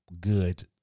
good